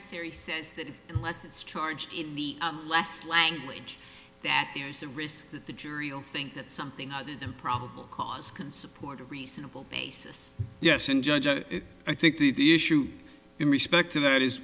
injury siri says that if less is charged in the less language that there's a risk that the jury all think that something other than probable cause can support a reasonable basis yes and judge i think the issue in respect to that is